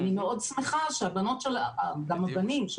אני מאוד שמחה שהבנות וגם הבנים של